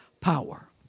power